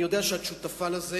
אני יודע שאת שותפה לזה,